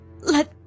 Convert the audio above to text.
let